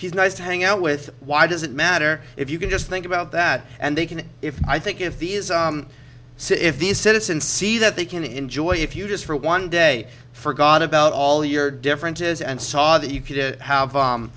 he's nice to hang out with why does it matter if you can just think about that and they can if i think if these see if these citizen see that they can enjoy if you just for one day forgot about all your differences and saw that you did have